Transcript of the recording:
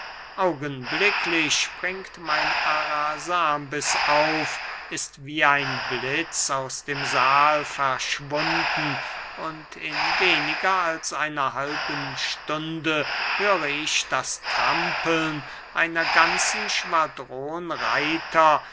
augenblicklich springt mein arasambes auf ist wie ein blitz aus dem sahl verschwunden und in weniger als einer halben stunde höre ich das trampeln einer ganzen schwadron reiter